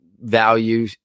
value